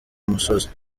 musozi